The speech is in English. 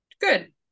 good